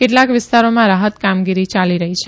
કેટલાક વિસ્તારોમાં રાહત કામગીરી યાલી રહી છે